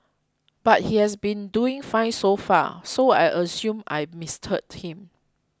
but he has been doing fine so far so I assumed I'd misheard him